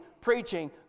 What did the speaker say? preaching